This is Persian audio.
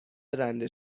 رنده